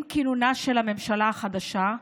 עם כינונה של הממשלה החדשה,